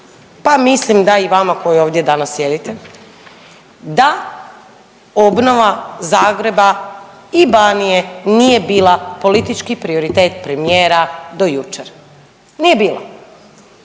pa mislim da i vama koji ovdje sjedite, da obnova Zagreba i Banije nije bila politički prioritet premijera do jučer, nije bila